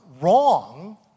wrong